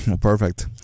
Perfect